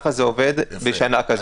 ככה זה עובד בשנה כזאת.